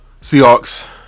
Seahawks